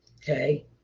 Okay